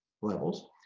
levels